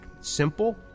simple